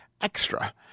extra